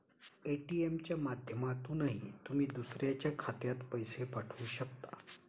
ATM च्या माध्यमातूनही तुम्ही दुसऱ्याच्या खात्यात पैसे पाठवू शकता